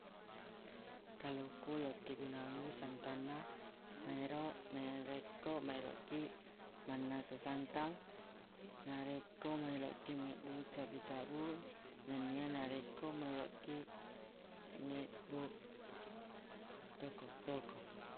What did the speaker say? Kaluku yakkegunangngi santanna naero naerekko maelokkiq mannasu santang narekko maelokiq mebbu cabu-cabun nennia narekko maelokiq mebbu doko-doko